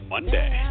Monday